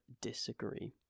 disagree